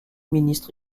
ministre